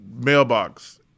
mailbox